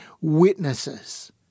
witnesses